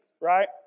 right